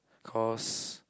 cause